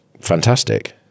fantastic